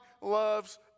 loves